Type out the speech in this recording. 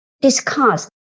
discuss